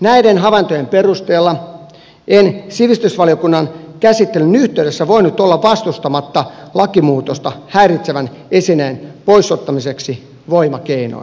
näiden havaintojen perusteella en sivistysvaliokunnan käsittelyn yhteydessä voinut olla vastustamatta lakimuutosta häiritsevän esineen pois ottamiseksi voimakeinoin